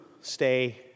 stay